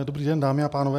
Dobrý den, dámy a pánové.